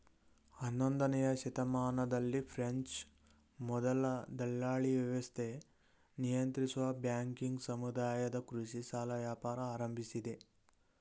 ಹನ್ನೊಂದನೇಯ ಶತಮಾನದಲ್ಲಿ ಫ್ರೆಂಚ್ ಮೊದಲ ದಲ್ಲಾಳಿವ್ಯವಸ್ಥೆ ನಿಯಂತ್ರಿಸುವ ಬ್ಯಾಂಕಿಂಗ್ ಸಮುದಾಯದ ಕೃಷಿ ಸಾಲ ವ್ಯಾಪಾರ ಆರಂಭಿಸಿದೆ